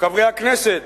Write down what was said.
חברי הכנסת,